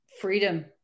freedom